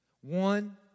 One